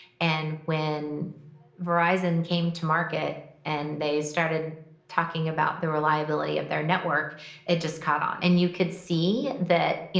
and when verizon came to market and they started talking about the reliability of their network it just caught on. and you could see that,